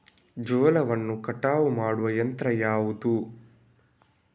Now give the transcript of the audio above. ಜೋಳವನ್ನು ಕಟಾವು ಮಾಡುವ ಯಂತ್ರ ಯಾವುದು?